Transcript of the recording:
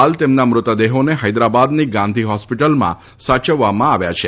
હાલ તેમના મૃતદેહોને હૈદરાબાદની ગાંધી હોસ્પિટલના સાચવવામાં આવ્યા છે